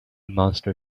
monster